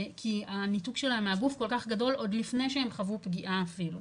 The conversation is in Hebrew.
כי הניתוק שלהם מהגוף כל כך גדול עוד לפני שהם חוו פגיעה אפילו.